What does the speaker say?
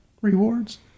rewards